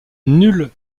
nul